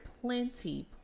plenty